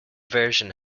version